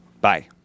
Bye